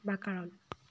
বা কাৰণ